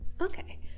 Okay